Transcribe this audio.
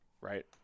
right